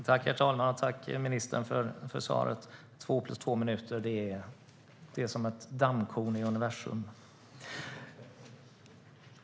Herr talman! Tack, ministern, för svaret! Två plus två minuter är som ett dammkorn i universum.